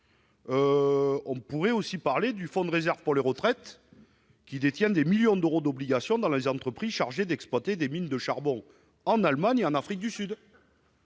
pourrions aussi évoquer le Fonds de réserve pour les retraites, qui détient des millions d'euros d'obligations dans les entreprises exploitant des mines de charbon en Allemagne et en Afrique du Sud.